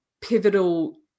pivotal